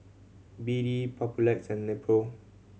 B D Papulex and Nepro